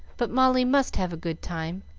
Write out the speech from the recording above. but molly must have a good time.